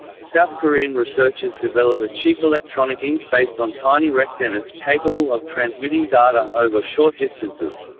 south korean researchers develop a cheap electronic ink based on tiny rectennas, capable of transmitting data over short distances.